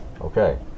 Okay